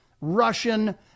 Russian